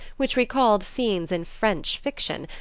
which recalled scenes in french fiction,